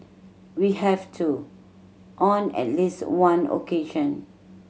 we have too on at least one occasion